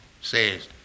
says